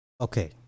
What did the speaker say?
Okay